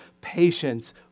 patience